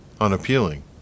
unappealing